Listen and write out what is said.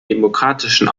demokratischen